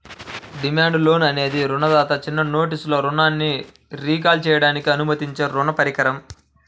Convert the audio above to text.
demand loan అనేది రుణదాత చిన్న నోటీసులో రుణాన్ని రీకాల్ చేయడానికి అనుమతించే రుణ పరికరం